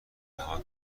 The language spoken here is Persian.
جاها